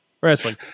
Wrestling